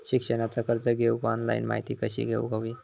शिक्षणाचा कर्ज घेऊक ऑनलाइन माहिती कशी घेऊक हवी?